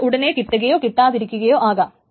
അത് ഉടനെ കിട്ടുകയോ കിട്ടാതിരിക്കുകയോ ആകാം